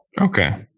Okay